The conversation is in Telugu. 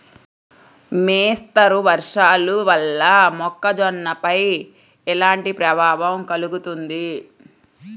మోస్తరు వర్షాలు వల్ల మొక్కజొన్నపై ఎలాంటి ప్రభావం కలుగుతుంది?